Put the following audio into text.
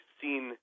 seen